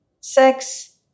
sex